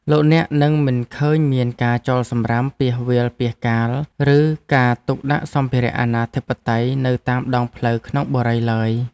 លោកអ្នកនឹងមិនឃើញមានការចោលសំរាមពាសវាលពាសកាលឬការទុកដាក់សម្ភារៈអនាធិបតេយ្យនៅតាមដងផ្លូវក្នុងបុរីឡើយ។